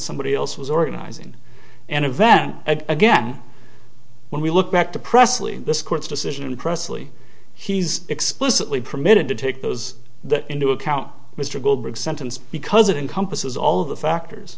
somebody else was organizing an event again when we look back to presley this court's decision pressley he's explicitly permitted to take those into account mr goldberg sentence because it encompasses all of the factors